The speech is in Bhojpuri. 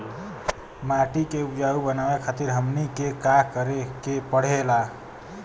माटी के उपजाऊ बनावे खातिर हमनी के का करें के पढ़ेला?